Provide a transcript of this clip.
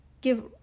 give